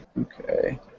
Okay